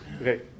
okay